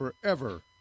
forever